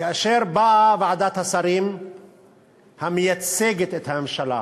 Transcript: וכאשר באה ועדת השרים המייצגת את הממשלה